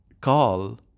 call